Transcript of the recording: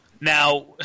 Now